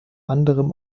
anderem